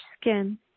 skin